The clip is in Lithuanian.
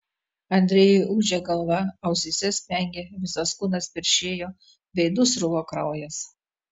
andrejui ūžė galva ausyse spengė visas kūnas peršėjo veidu sruvo kraujas